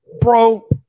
Bro